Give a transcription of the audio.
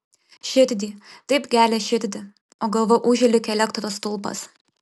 širdį taip gelia širdį o galva ūžia lyg elektros stulpas